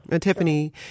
Tiffany